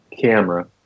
camera